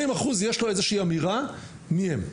80% יש לו אמירה מי הם,